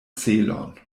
celon